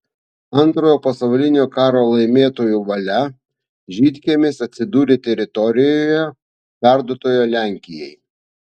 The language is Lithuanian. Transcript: antrojo pasaulinio karo laimėtojų valia žydkiemis atsidūrė teritorijoje perduotoje lenkijai